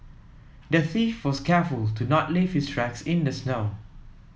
the thief was careful to not leave his tracks in the snow